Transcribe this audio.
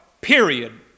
period